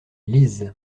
lisent